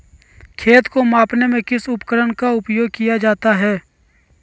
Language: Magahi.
खेत को मापने में किस उपकरण का उपयोग किया जाता है?